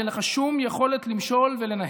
ואין לך שום יכולת למשול ולנהל,